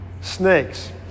snakes